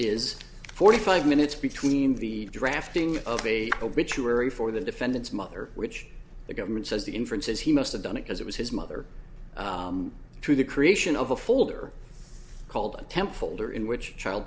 is forty five minutes between the drafting of a obituary for the defendant's mother which the government says the inference is he must have done it because it was his mother through the creation of a folder called a temp folder in which child